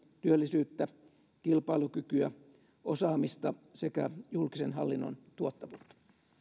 työllisyyttä kilpailukykyä osaamista sekä julkisen hallinnon tuottavuutta